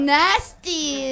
nasty